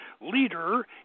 leader